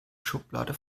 schublade